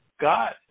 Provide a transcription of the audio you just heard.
God